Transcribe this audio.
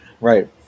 right